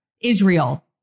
Israel